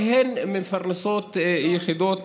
כי הן מפרנסות יחידות